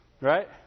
Right